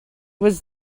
was